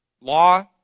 law